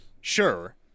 sure